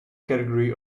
category